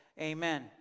amen